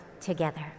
together